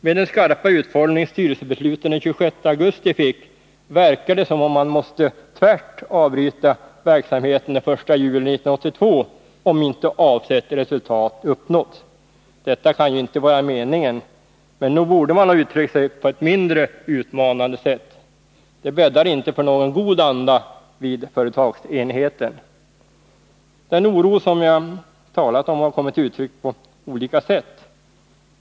Med den skarpa utformning styrelsebeslutet den 26 augusti fick verkar det som om man tvärt måste avbryta verksamheten den 1 juli 1982, om inte avsett resultat uppnåtts. Detta kan ju inte vara meningen, men nog borde man ha uttryckt sig på ett mindre utmanande sätt. Det bäddar inte för någon god anda vid företagsenheten. Den oro som jag talat om har kommit till uttryck på olika sätt.